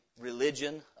religion